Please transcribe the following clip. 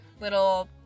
little